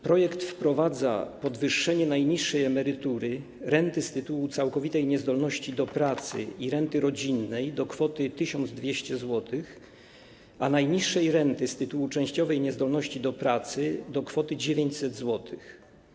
Projekt przewiduje podwyższenie najniższej emerytury, renty z tytułu całkowitej niezdolności do pracy i renty rodzinnej do kwoty 1200 zł, a najniższej renty z tytułu częściowej niezdolności do pracy do kwoty 900 zł.